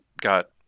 got